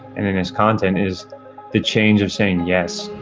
and then his content is the change of saying yes.